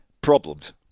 problems